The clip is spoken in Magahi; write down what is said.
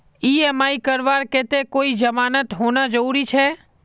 ई.एम.आई करवार केते कोई जमानत होना जरूरी छे?